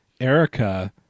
Erica